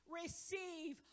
receive